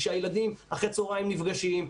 שהילדים אחרי צוהריים נפגשים.